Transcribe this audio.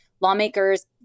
lawmakers